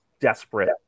desperate